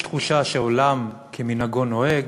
יש תחושה שעולם כמנהגו נוהג,